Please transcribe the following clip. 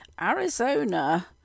arizona